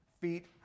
feet